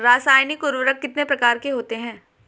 रासायनिक उर्वरक कितने प्रकार के होते हैं?